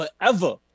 forever